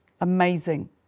Amazing